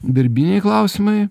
darbiniai klausimai